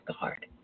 guard